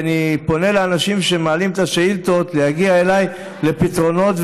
כי אני פונה לאנשים שמעלים את השאילתות להגיע אליי לפתרונות,